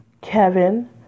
Kevin